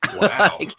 Wow